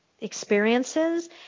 experiences